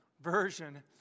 version